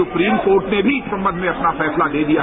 supreme court ने भी इस सम्बंध में अपना फैसला दे दिया है